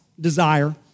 desire